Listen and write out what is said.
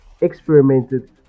experimented